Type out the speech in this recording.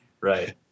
Right